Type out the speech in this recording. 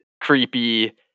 creepy